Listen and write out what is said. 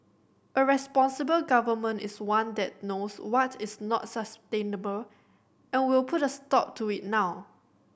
a responsible Government is one that knows what is not sustainable and will put a stop to it now